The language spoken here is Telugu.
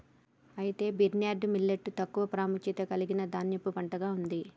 అయితే బిర్న్యర్డ్ మిల్లేట్ తక్కువ ప్రాముఖ్యత కలిగిన ధాన్యపు పంటగా ఉంది